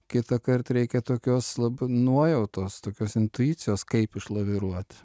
kitąkart reikia tokios labai nuojautos tokios intuicijos kaip išlaviruot